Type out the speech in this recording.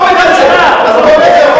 חבר הכנסת טלב אלסאנע.